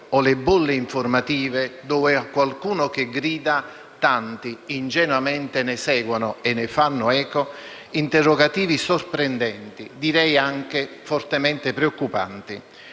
o le "bolle informative", dove a qualcuno che grida tanti ingenuamente seguono e fanno eco, interrogativi sorprendenti, direi anche fortemente preoccupanti,